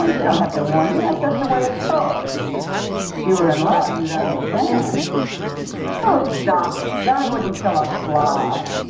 ah you don't have to warn me that's just the way talk so you are in love you understand oh stop it johnny wouldn't kill us fly.